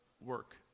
work